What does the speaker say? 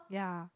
yeah